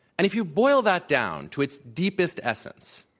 and if you boil that down to its deepest essence,